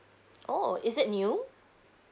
oh is it new